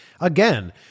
again